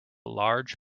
large